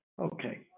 Okay